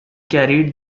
carried